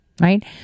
right